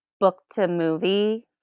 book-to-movie